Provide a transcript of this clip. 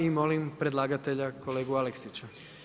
I molim predlagatelja kolegu Aleksića.